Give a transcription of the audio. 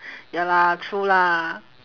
ya lah true lah